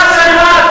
רצה לבד.